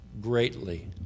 greatly